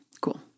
cool